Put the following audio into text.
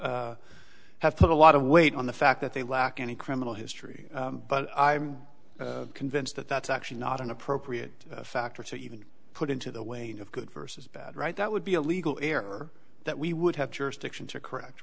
responsible have put a lot of weight on the fact that they lack any criminal history but i'm convinced that that's actually not an appropriate factor to even put into the way of good versus bad right that would be a legal error that we would have jurisdiction to correct